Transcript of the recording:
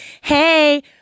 hey